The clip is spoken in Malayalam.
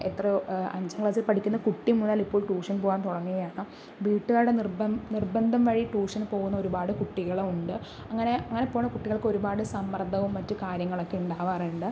എത്രയോ അഞ്ചാം ക്ലാസ്സിൽ പഠിക്കുന്ന കുട്ടി മുതൽ ഇപ്പോൾ ട്യൂഷൻ പോവാൻ തുടങ്ങുകയാണ് വീട്ടുകാരുടെ നിർബന്ധം നിർബന്ധം വഴി ട്യൂഷന് പോകുന്ന ഒരുപാട് കുട്ടികളും ഉണ്ട് അങ്ങനെ അങ്ങനെ പോവണ കുട്ടികൾക്ക് ഒരുപാട് സമ്മർദ്ദവും മറ്റു കാര്യങ്ങളൊക്കെ ഉണ്ടാവാറുണ്ട്